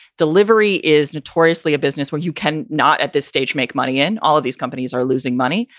delivery is notoriously a business where you can not at this stage make money in all of these companies are losing money.